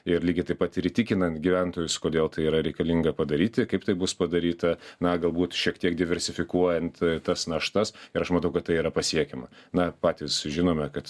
ir lygiai taip pat ir įtikinant gyventojus kodėl tai yra reikalinga padaryti kaip tai bus padaryta na galbūt šiek tiek diversifikuojant tas naštas ir aš matau kad tai yra pasiekiama na patys žinome kad